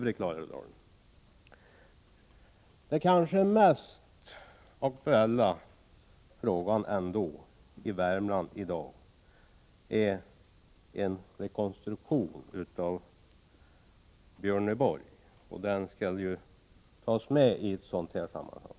Men det kanske mest aktuella i Värmland i dag är frågan om en rekonstruktion av Björneborg, något som bör tas med i ett sådant här 'sammanhang.